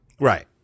Right